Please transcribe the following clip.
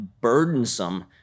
burdensome